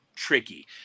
tricky